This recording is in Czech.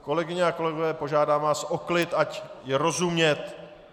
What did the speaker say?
Kolegyně a kolegové, požádám vás o klid, ať je rozumět.